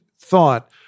thought